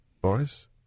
Boris